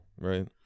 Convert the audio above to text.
Right